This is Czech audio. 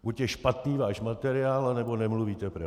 Buď je špatný váš materiál, anebo nemluvíte pravdu.